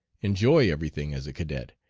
enjoy every thing as a cadet,